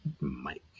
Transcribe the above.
Mike